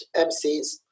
MCs